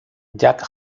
jarl